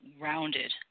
rounded